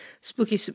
spooky